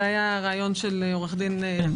זה היה רעיון של עו"ד שי מילוא